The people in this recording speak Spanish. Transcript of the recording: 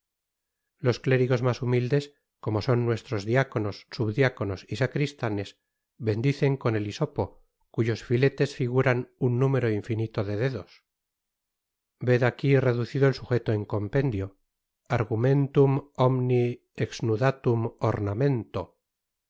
los clérigos mas humildes como son nuestros diáconos subdiáconos y sacristanes bendicen con el hisopo cuyos filetes figuran un número infinito de dedos ved aqui reducido el subjeto en compendio argumentum omni exnudatum ornamento